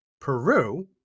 Peru